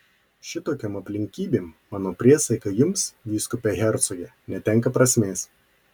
šitokiom aplinkybėm mano priesaika jums vyskupe hercoge netenka prasmės